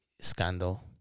scandal